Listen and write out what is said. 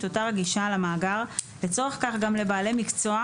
תותר הגישה למאגר לצורך כך גם לבעלי מקצוע,